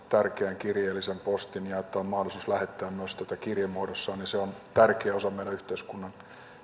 tärkeän kirjeen eli sen postin ja että on mahdollisuus lähettää myös kirjemuodossa on tärkeä osa meidän yhteiskuntamme